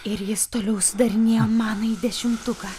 ir jis toliau sudarinėjo manąjį dešimtuką